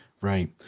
Right